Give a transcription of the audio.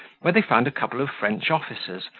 where they found a couple of french officers,